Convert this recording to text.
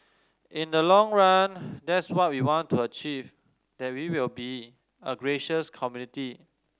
in the long run that's what we want to achieve that we will be a gracious community